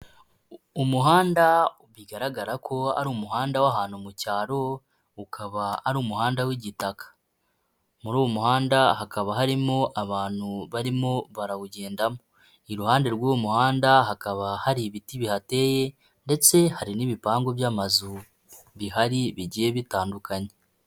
Umuhanda bigaragara ko ari umuhanda w'ahantu mu cyaro, ukaba ari umuhanda w'igitaka. Muri uwo muhanda hakaba harimo abantu barimo barawugendamo, iruhande rw'uwo muhanda hakaba hari ibiti bihateye, ndetse hari n'ibipangu by'amazu bihari bigiye bitandukanye.